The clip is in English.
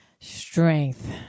Strength